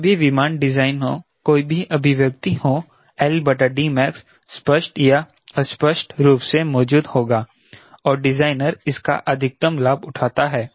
कोई भी विमान डिजाइन हो कोई भी अभिव्यक्ति हो max स्पष्ट या अस्पष्ट रूप से मौजूद होगा और डिजाइनर इसका अधिकतम लाभ उठाता है